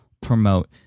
promote